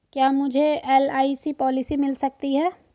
क्या मुझे LIC policy मिल सकती है?